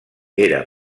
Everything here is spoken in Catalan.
era